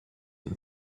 and